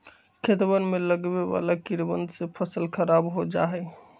खेतवन में लगवे वाला कीड़वन से फसल खराब हो जाहई